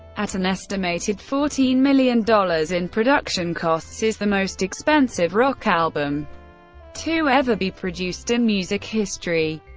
at an estimated fourteen million dollars in production costs, is the most expensive rock album to ever be produced in music history.